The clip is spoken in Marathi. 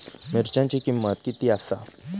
मिरच्यांची किंमत किती आसा?